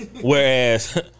Whereas